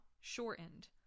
shortened